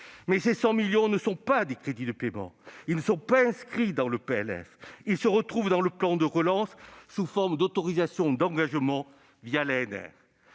Mais ces 100 millions ne sont pas des crédits de paiement, ... C'est vrai !... ils ne sont pas inscrits dans le PLF. Ils se retrouvent dans le plan de relance sous forme d'autorisations d'engagement l'ANR.